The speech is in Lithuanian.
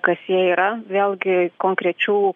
kas jie yra vėlgi konkrečių